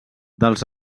dels